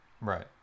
Right